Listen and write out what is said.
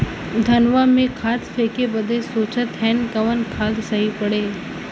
धनवा में खाद फेंके बदे सोचत हैन कवन खाद सही पड़े?